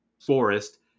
forest